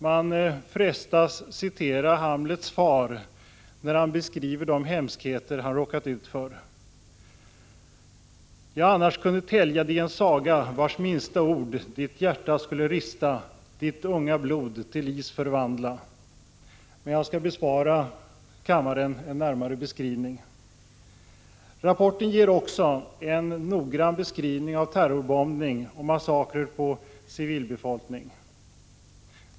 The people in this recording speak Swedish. Man frestas citera Hamlets far, när han beskriver de hemskheter han råkat ut för: ”Jag annars kunde förtälja dig en saga, Vars minsta ord ditt hjärta skulle rista, Ditt unga blod till is förvandla.” Men jag skall bespara kammaren en närmare beskrivning. Rapporten ger också en noggrann beskrivning av terrorbombning och massakrer på civilbefolkning.